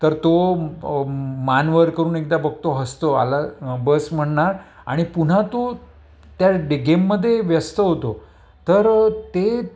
तर तो मानवर करून एकदा बघतो हसतो आला बस म्हणणार आणि पुन्हा तो त्या डे गेममध्ये व्यस्त होतो तर ते